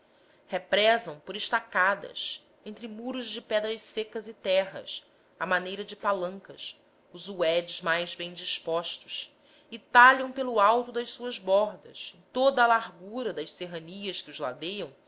represam por estacadas entre muros de pedras secas e terras à maneira de palancas os uedes mais bem dispostos e talham pelo alto das suas bordas em toda a largura das serranias que os ladeiam